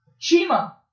Chima